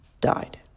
died